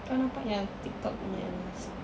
kau nampak yang TikTok punya